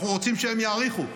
אנחנו רוצים שהם יאריכו.